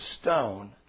stone